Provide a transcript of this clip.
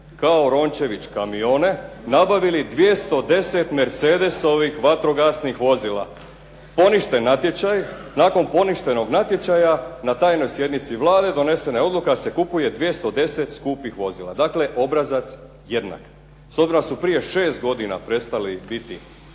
kao Rončević kamione nabavili 210 Mercedesovih vatrogasnih vozila. Poništen natječaj, nakon poništenog natječaja na tajnoj sjednici Vlade donesena je odluka da se kupuje 210 skupih vozila. Dakle, obrazac jednak. S obzirom da su prije 6 godina prestali biti